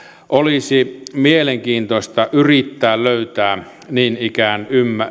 olisi mielenkiintoista yrittää löytää niin ikään